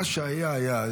מה שהיה היה.